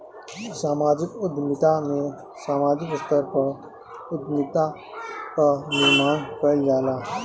समाजिक उद्यमिता में सामाजिक स्तर पअ उद्यमिता कअ निर्माण कईल जाला